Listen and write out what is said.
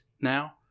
now